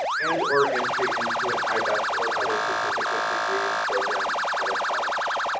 and or entry into an i-best or other certificate degree or program at a college.